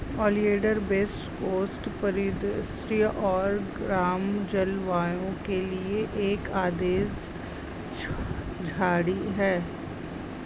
oleander west coast परिदृश्य और गर्म जलवायु के लिए एक आदर्श झाड़ी है